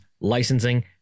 licensing